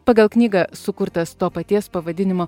pagal knygą sukurtas to paties pavadinimo